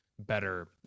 better